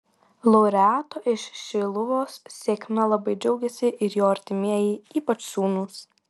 laureato iš šiluvos sėkme labai džiaugėsi ir jo artimieji ypač sūnūs